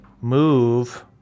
move